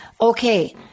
Okay